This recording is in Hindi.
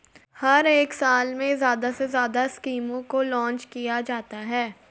हर एक साल में ज्यादा से ज्यादा स्कीमों को लान्च किया जाता है